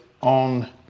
on